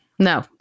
No